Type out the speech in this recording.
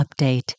update